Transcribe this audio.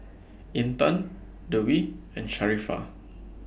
Intan Dwi and Sharifah